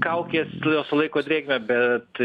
kaukės jos sulaiko drėgmę bet